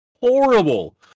horrible